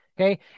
Okay